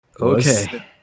Okay